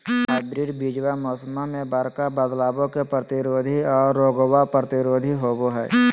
hybrid बीजावा मौसम्मा मे बडका बदलाबो के प्रतिरोधी आ रोगबो प्रतिरोधी होबो हई